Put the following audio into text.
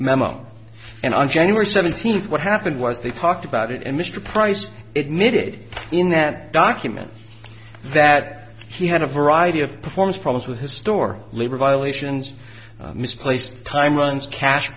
memo and on january seventeenth what happened was they talked about it and mr price it knitted in that document that he had a variety of performance problems with his store labor violations misplaced time